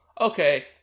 okay